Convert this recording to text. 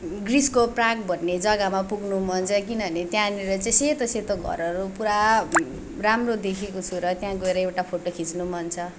ग्रीसको Prague भन्ने जग्गामा पुग्नु मन छ किनभने त्यहाँनिर चाहिँ सेतो सेतो घरहरू पुरा राम्रो देखेको छु र त्यहाँ गएर एउटा फोटो खिच्नु मन छ